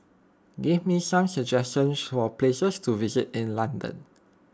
give me some suggestions for places to visit in London